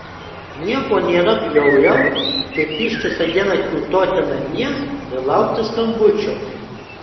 nieko nėra bjauriau kaip ištisą dieną kiūtoti namie ir laukti skambučio